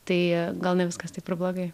tai gal ne viskas taip ir blogai